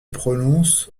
prononce